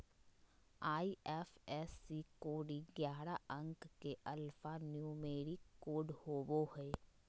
IFSC code ग्यारह अंक के एल्फान्यूमेरिक कोड होवो हय